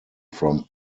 from